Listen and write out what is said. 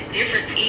Difference